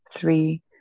three